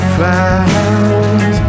found